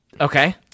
Okay